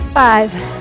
five